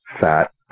fat